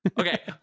Okay